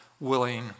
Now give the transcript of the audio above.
willing